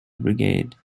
brigade